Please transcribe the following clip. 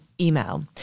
email